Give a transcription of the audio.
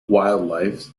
wildlife